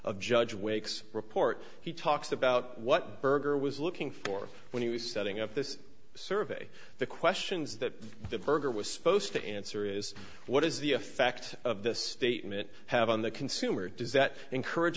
of judge wake's report he talks about what berger was looking for when he was setting up this survey the questions that the berger was supposed to answer is what is the effect of this statement have on the consumer does that encourage